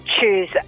choose